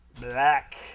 Black